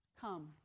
come